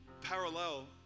parallel